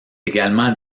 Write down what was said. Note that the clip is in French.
également